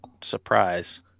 surprise